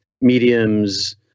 mediums